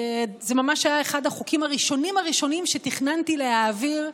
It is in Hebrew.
וזה ממש היה אחד החוקים הראשונים הראשונים שתכננתי להעביר,